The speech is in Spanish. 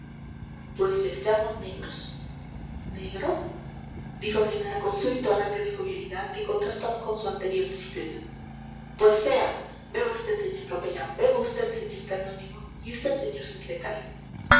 pues les llamo negros negros dijo genara con súbito arranque de jovialidad que contrastaba con su anterior tristeza pues sea beba vd señor capellán beba vd señor canónigo y vd señor secretario